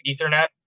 Ethernet